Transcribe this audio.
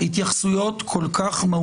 אני מבין את החשש הגדול שלכם.